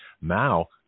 Mao